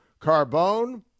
Carbone